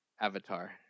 Avatar